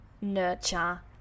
nurture